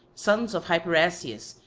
sons of hyperasius,